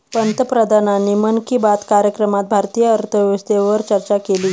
पंतप्रधानांनी मन की बात कार्यक्रमात भारतीय अर्थव्यवस्थेवर चर्चा केली